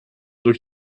durch